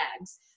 bags